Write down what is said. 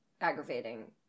aggravating